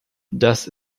das